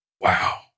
Wow